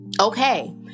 okay